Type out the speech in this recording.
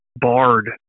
barred